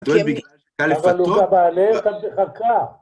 אבל לבדו... אבל הוא לא בא עלייך, אמרתי לך כך.